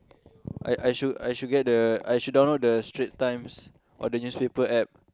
I I should I should get the I should download the Strait-Times or the newspaper App